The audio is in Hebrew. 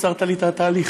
קיצרת לי את התהליך.